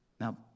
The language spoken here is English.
Now